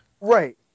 Right